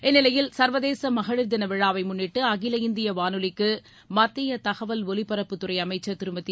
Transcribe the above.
இந்நிலையில் சர்வதேச மகளிர் தின விழாவை முன்னிட்டு அகில இந்திய வானொலிக்கு மத்திய தகவல் ஒலிபரப்புத்துறை அமைச்சர் திருமதி